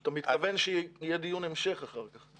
אתה מתכוון שיהיה דיון המשך אחר כך.